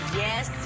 yes.